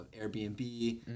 airbnb